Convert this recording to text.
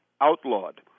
outlawed